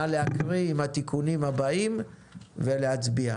נא להקריא עם התיקונים הבאים ולהצביע.